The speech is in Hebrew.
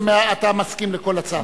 אתה מסכים לכל הצעה.